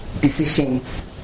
decisions